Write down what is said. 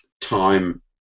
time